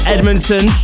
Edmonton